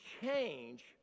change